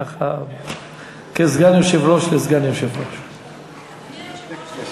ככה כסגן יושב-ראש לסגן יושב-ראש.